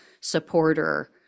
supporter